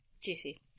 juicy